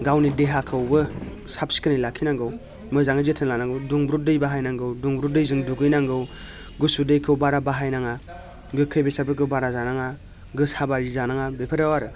गावनि देहाखौबो साब सिखोनै लाखिनांगौ मोजाङै जोथोन लानांगौ दुंब्रुद दै बाहायनांगौ दुंब्रुद दैजों दुगैनांगौ गुसु दैखौ बारा बाहायनाङा गोखै बेसादफोरखौ बारा जानाङा गोसाबायदि जानाङा बेफोराव आरो